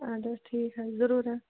اَدٕ حظ ٹھیٖک حظ ضروٗر حظ